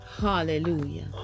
hallelujah